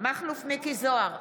מכלוף מיקי זוהר,